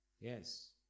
Yes